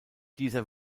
dieser